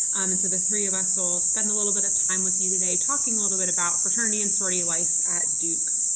and so the three of us will spend a little bit of time with you today talking a little bit about fraternity and sorority life at duke.